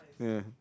ya